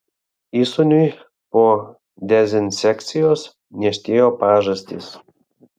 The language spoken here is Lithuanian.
įsūniui po dezinsekcijos niežtėjo pažastys